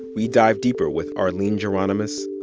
we dive deeper with arline geronimus,